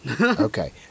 Okay